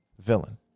villain